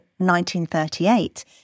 1938